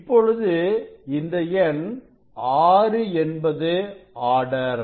இப்பொழுது இந்த எண்6 என்பது ஆர்டர்